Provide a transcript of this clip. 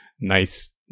nice